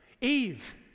Eve